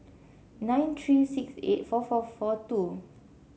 nine three six eight four four four two